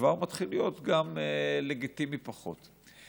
וכבר מתחיל להיות גם לגיטימי פחות.